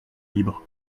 libre